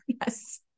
yes